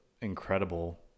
incredible